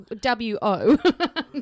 W-O